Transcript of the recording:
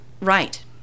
right